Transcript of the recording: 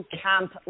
camp